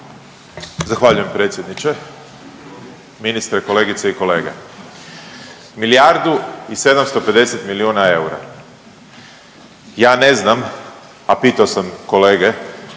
Zahvaljujem predsjedniče, ministre, kolegice i kolege. Milijardu i 750 milijuna eura, ja ne znam, a pisao sam kolege,